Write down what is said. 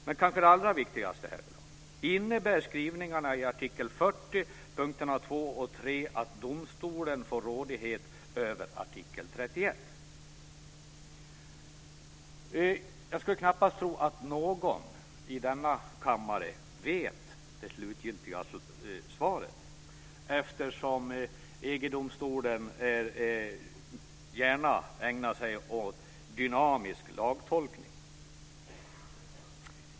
Men det kanske allra viktigaste här gäller följande: Innebär skrivningarna i artikel 40 punkterna 2 och 3 att domstolen får rådighet över artikel 31? Jag skulle knappast tro att någon i denna kammare vet det slutgiltiga svaret, eftersom EG-domstolen gärna ägnar sig åt dynamisk lagtolkning.